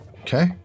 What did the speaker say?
Okay